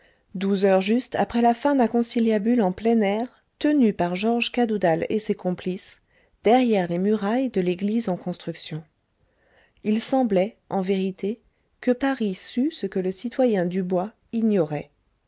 douze heures juste après la fin d'un conciliabule en plein air tenu par georges cadoudal et ses complices derrière les murailles de l'église en construction il semblait en vérité que paris sût ce que le citoyen dubois ignorait